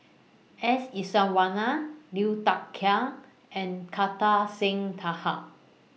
S Iswaran Liu Thai Ker and Kartar Singh Thakral